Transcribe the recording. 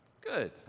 Good